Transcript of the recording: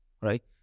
right